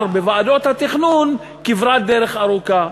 כבר עברו בוועדות התכנון כברת דרך ארוכה.